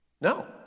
No